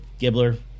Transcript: gibbler